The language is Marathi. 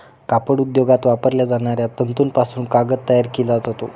कापड उद्योगात वापरल्या जाणाऱ्या तंतूपासून कागद तयार केला जातो